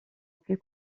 plus